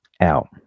Out